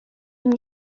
ihm